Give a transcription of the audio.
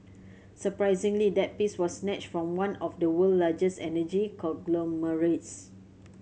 surprisingly that piece was snatched from one of the world largest energy conglomerates